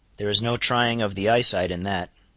there is no trying of the eyesight in that.